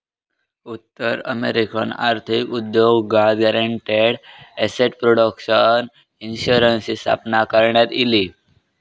उत्तर अमेरिकन आर्थिक उद्योगात गॅरंटीड एसेट प्रोटेक्शन इन्शुरन्सची स्थापना करण्यात इली